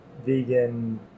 vegan